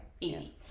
easy